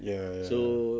ya ya